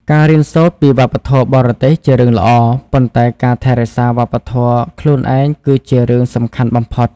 ការរៀនសូត្រពីវប្បធម៌បរទេសជារឿងល្អ ប៉ុន្តែការថែរក្សាវប្បធម៌ខ្លួនឯងគឺជារឿងសំខាន់បំផុត។